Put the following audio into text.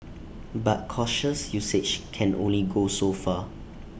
but cautious usage can only go so far